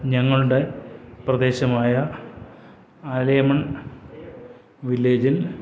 ഞങ്ങളുടെ പ്രദേശമായ ആരേമൺ വില്ലേജിൽ